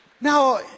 now